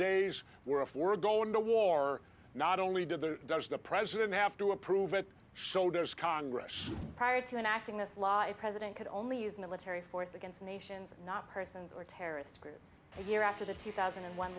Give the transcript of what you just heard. days we're if we're going to war not only do the does the president have to approve it shoulders congress prior to him acting this live president could only use military force against nations not persons or terrorist groups a year after the two thousand and one